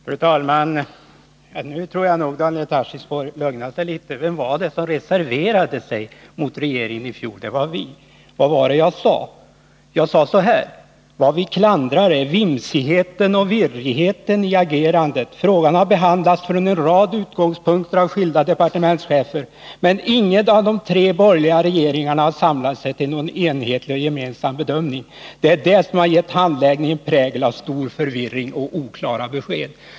Fru talman! Nu tror jag Daniel Tarschys får lugna sig litet. Vem var det som reserverade sig mot regeringens handlande i fjol? Det var vi. Vad var det jag sade då? Jo: Vad vi klandrar är vimsigheten och virrigheten i agerandet. Frågan har behandlats från en rad utgångspunkter av skilda departementschefer, men ingen av de tre borgerliga regeringarna har samlat sig till någon enhetlig och gemensam bedömning. Det är det som har gett handläggningen prägel av stor förvirring och oklara besked.